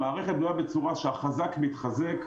המערכת בנויה בצורה שהחזק מתחזק,